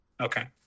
Okay